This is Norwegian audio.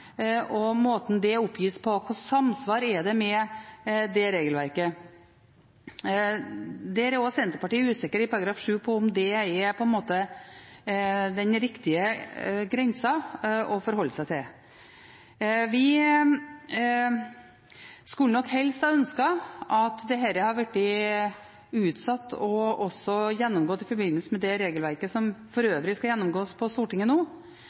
og måten det oppgis på? Hvilket samsvar er det med det regelverket? Der er også Senterpartiet usikker i § 7 om det er den riktige grensa å forholde seg til. Vi skulle nok helst ha ønsket at dette hadde blitt utsatt og gjennomgått i forbindelse med regelverket som for øvrig skal gjennomgås på Stortinget nå,